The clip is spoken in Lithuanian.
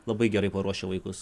labai gerai paruošia vaikus